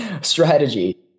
strategy